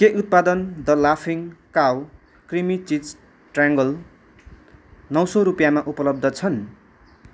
के उत्पादन द लाफिङ काउ क्रिमी चिज ट्राङ्गल नौ सौ रुपियाँमा उपलब्ध छन्